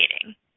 creating